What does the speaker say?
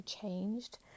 changed